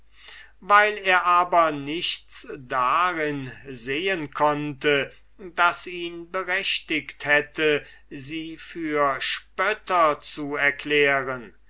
weil er aber nichts darin sehen konnte das ihn berechtigt hätte sie für spötter zu erklären